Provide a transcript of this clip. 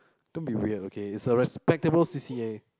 don't be weird okay it's a respectable C_C_A